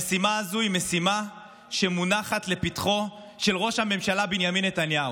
המשימה הזו היא משימה שמונחת לפתחו של ראש הממשלה בנימין נתניהו.